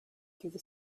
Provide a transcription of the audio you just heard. through